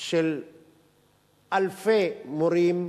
של אלפי מורים,